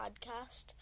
podcast